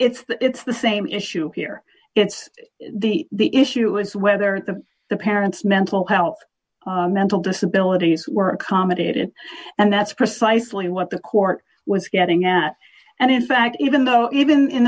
it's the it's the same issue here it's the the issue is whether the the parents mental health mental disability were accommodated and that's precisely what the court was getting at and in fact even though even in